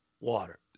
water